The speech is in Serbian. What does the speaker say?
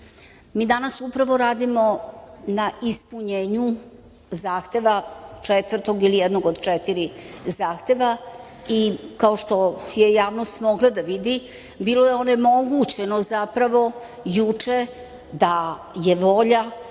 danas radimo na ispunjenju zahteva četvrtog ili jednog od četiri zahteva. Kao što je javnost mogla da vidi, bilo je onemogućeno juče, volja